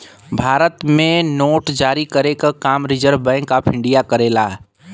भारत में नोट जारी करे क काम रिज़र्व बैंक ऑफ़ इंडिया करेला